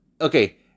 Okay